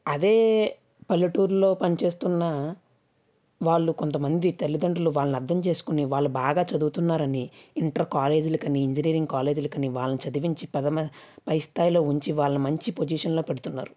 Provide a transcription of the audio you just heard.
అదే పల్లెటూర్లో పనిచేస్తున్న వాళ్ళు కొంతమంది తల్లిదండ్రులు వాళ్ళను అర్థం చేసుకుని వాళ్ళు బాగా చదువుతున్నారని ఇంటర్ కాలేజీలకనీ ఇంజనీరింగ్ కాలేజీలకనీ వాలని చదివించి పై స్థాయిలో నుంచి మంచి పోసిషన్ లో పెడుతున్నారు